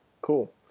Cool